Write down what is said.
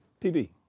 PB